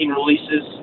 releases